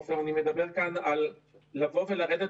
עוד פעם אני מדבר כאן על לבוא ולרדת